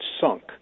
sunk